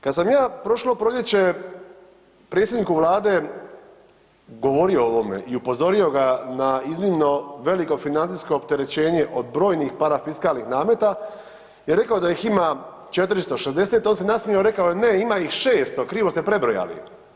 Kada sam ja prošlo proljeće predsjedniku Vlade govorio o ovome i upozorio ga na iznimno veliko financijsko opterećenje od brojnih fiskalnih nameta i rekao da ih ima 460, on se nasmijao i rekao ima ih 600 krivo ste prebrojali.